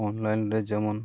online ᱨᱮ ᱡᱮᱢᱚᱱ